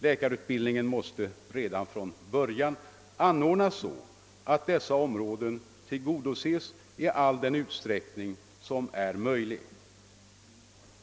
Läkarutbildningen måste redan från början uppläggas så att dessa områden tillgodoses i den utsträckning som är möjlig.